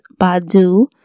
badu